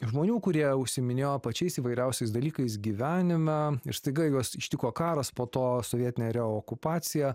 žmonių kurie užsiiminėjo pačiais įvairiausiais dalykais gyvenimą ir staiga juos ištiko karas po to sovietnerio okupacija